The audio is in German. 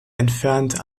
entfernt